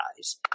eyes